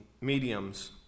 mediums